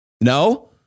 No